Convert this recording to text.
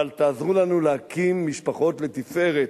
אבל תעזרו לנו להקים משפחות לתפארת.